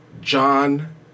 John